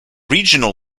regional